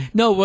no